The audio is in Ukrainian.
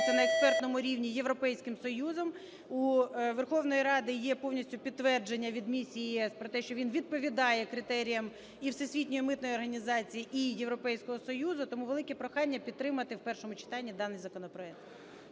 на експертному рівні Європейським Союзом. У Верховної Ради є повністю підтвердження від Місії ЄС про те, що він відповідає критеріям і Всесвітньої митної організації, і Європейського Союзу. Тому велике прохання підтримати в першому читанні даний законопроект.